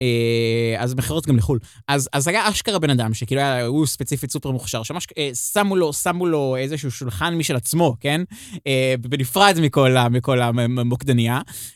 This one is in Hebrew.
אז מכירות גם לחו"ל. אז היה אשכרה בן אדם, שכאילו היה... הוא ספציפית סופר מוכשר, שמה ש... שמו לו, שמו לו איזשהו שולחן משל עצמו, כן? בנפרד מכל ה... מכל המוקדנייה.